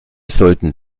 sollten